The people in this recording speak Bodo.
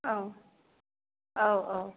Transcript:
औ औ औ